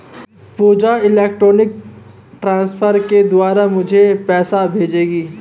पूजा electronic transfer के द्वारा मुझें पैसा भेजेगी